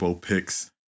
picks